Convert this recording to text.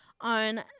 on